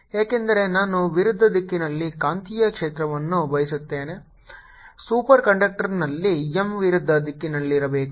ಏಕೆಂದರೆ ನಾನು ವಿರುದ್ಧ ದಿಕ್ಕಿನಲ್ಲಿ ಕಾಂತೀಯ ಕ್ಷೇತ್ರವನ್ನು ಬಯಸುತ್ತೇನೆ ಸೂಪರ್ ಕಂಡಕ್ಟರ್ನಲ್ಲಿ M ವಿರುದ್ಧ ದಿಕ್ಕಿನಲ್ಲಿರಬೇಕು